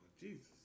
Jesus